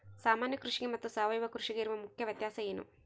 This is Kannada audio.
ಸಾಮಾನ್ಯ ಕೃಷಿಗೆ ಮತ್ತೆ ಸಾವಯವ ಕೃಷಿಗೆ ಇರುವ ಮುಖ್ಯ ವ್ಯತ್ಯಾಸ ಏನು?